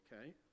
okay